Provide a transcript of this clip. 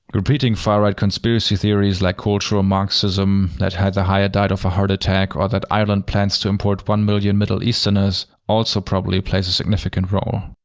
repeating far-right conspiracy theories like cultural marxism, that heather heyer died of a heart attack, or that ireland plans to import one million middle-easterners, also probably plays a significant role.